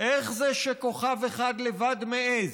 "איך זה שכוכב אחד לבד מעז?